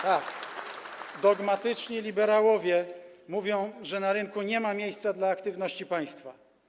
Tak, dogmatyczni liberałowie mówią, że na rynku nie ma miejsca dla aktywności państwa.